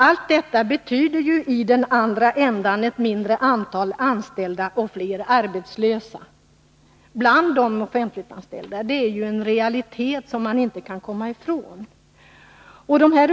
Allt detta betyder i den andra ändan ett mindre antal anställda och fler arbetslösa bland de offentliganställda. Det är ju en realitet som man inte kan komma ifrån.